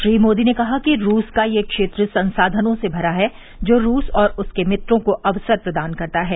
श्री मोदी ने कहा कि रूस का यह क्षेत्र संसाधनों से भरा है जो रूस और उसके मित्रों को अवसर प्रदान करता है